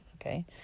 Okay